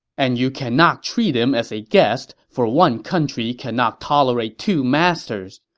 and you cannot treat him as a guest, for one country cannot tolerate two masters.